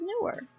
newer